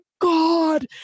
God